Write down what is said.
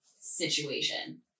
situation